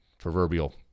proverbial